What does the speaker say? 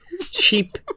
cheap